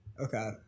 okay